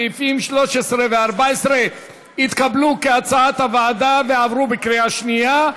סעיפים 13 ו-14 התקבלו כהצעת הוועדה ועברו בקריאה שנייה.